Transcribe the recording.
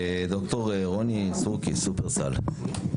ד"ר רוני סורקיס, שופרסל.